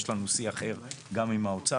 יש לנו שיא אחר גם עם האוצר,